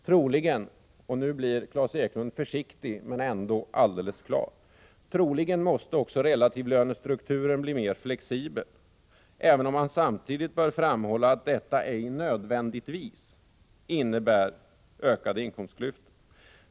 Troligen” — och nu blir Klas Eklund försiktig men ändå alldeles klar — ”måste också relativlönestrukturen bli mer flexibel — även om man samtidigt bör framhålla att detta ej nödvändigtvis innebär ökade inkomstklyftor.